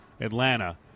Atlanta